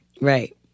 Right